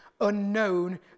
unknown